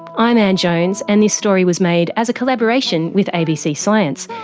i'm ann jones and this story was made as a collaboration with abc science.